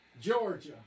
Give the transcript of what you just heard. Georgia